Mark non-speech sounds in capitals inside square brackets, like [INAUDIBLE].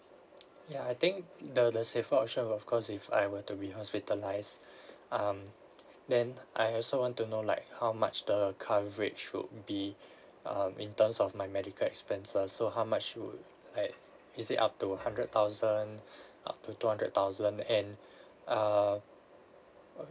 ya I think the the safer option of course if I were to be hospitalised [BREATH] um then I also want to know like how much the coverage would be um in terms of my medical expenses so how much would eh is it up to hundred thousand [BREATH] up to two hundred thousand and err